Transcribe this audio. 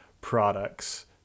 products